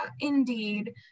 Indeed